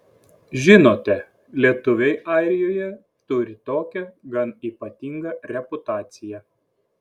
žinote lietuviai airijoje turi tokią gan ypatingą reputaciją